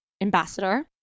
ambassador